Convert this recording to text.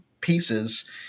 pieces